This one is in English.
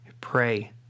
pray